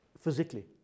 physically